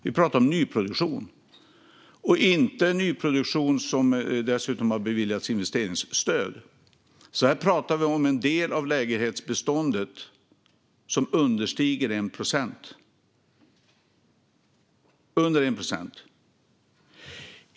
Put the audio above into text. Vi pratar om nyproduktion och då inte om nyproduktion som beviljats investeringsstöd, så här pratar vi om en del av lägenhetsbeståndet som understiger 1 procent. Det är under 1 procent.